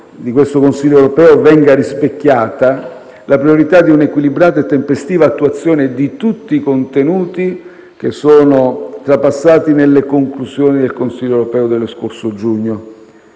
di questo Consiglio europeo venga rispettata la priorità di un'equilibrata e tempestiva attuazione di tutti i contenuti che sono già passati nelle conclusioni del Consiglio europeo dello scorso giugno.